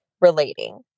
relating